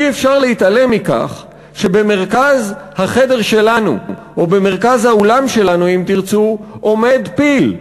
אי-אפשר להתעלם מכך שבמרכז החדר שלנו או במרכז האולם שלנו עומד פיל.